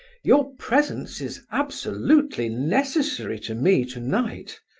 your presence is absolutely necessary to me tonight,